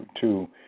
Two